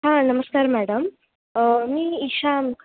हां नमस्कार मॅडम मी ईशा